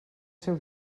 seu